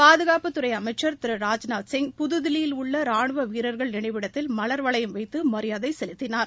பாதுகாப்புத்துறை அளமச்சர் திரு ராஜ்நாத் சிங் புதுதில்லியில் உள்ள ரானுவ வீரர்கள் நினைவிடத்தில் மலர்வளையம் வைத்து மரியாதை செலுத்தினார்